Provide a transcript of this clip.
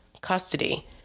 custody